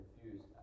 confused